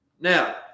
now